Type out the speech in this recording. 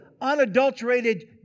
unadulterated